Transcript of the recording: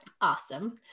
Awesome